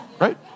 right